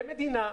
כמדינה,